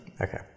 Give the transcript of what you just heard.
Okay